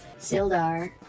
Sildar